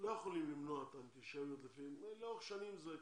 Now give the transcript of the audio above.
לא יכולים למנוע את האנטישמיות והיא קורית לאורך שנים.